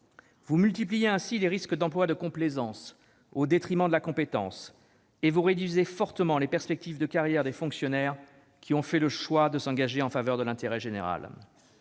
Vous multipliez ainsi les risques d'emplois de complaisance, au détriment de la compétence, et vous réduisez fortement les perspectives de carrière des fonctionnaires qui ont fait le choix de s'engager en faveur de l'intérêt général.